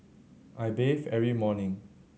I bathe every morning